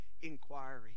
inquiry